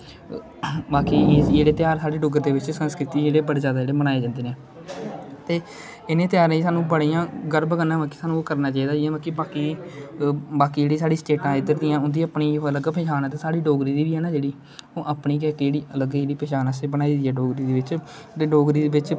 बाकी साढ़े ध्यार संस्कृति ऐ साढ़े डुग्गर दे बिच मनाए जंदे ना ते इंहे ध्यारें गी स्हानू बडियां गर्ब कन्नै मतलब कि साढ़े ओह् करना चाहिदा मतलब कि बाकी बाकी जेहड़ी साढ़ी स्टेटां इद्धर दियां उंदी अपनी इक अलग पंछान ऐ ते साढ़ी डोगरी दी बी नां ओह् अपनी गै इक जेहड़ीअलग जेहड़ी पंछान असें बनाई दी ऐ जेहड़ी डोगरी बिच जेहड़ी डोगरी बिच